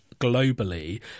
globally